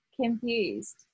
confused